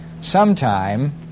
sometime